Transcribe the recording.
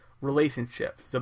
relationships